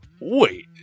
Wait